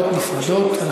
בצלאל סמוטריץ: זו לא הצמדה.